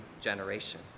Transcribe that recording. generation